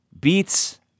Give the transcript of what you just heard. beats